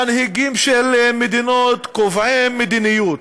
מנהיגים של מדינות, קובעי מדיניות.